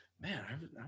man